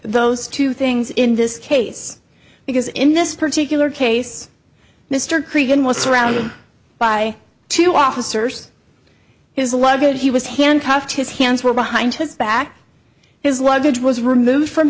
those two things in this case because in this particular case mr cregan was surrounded by two officers his luggage he was handcuffed his hands were behind his back his luggage was removed from